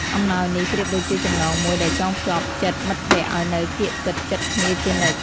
អំណោយនេះប្រៀបដូចជាចំណងមួយដែលចងភ្ជាប់ចិត្តមិត្តភក្តិឲ្យនៅកៀកកិតជិតគ្នាជានិច្ច។